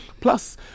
Plus